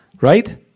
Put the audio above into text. Right